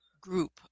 group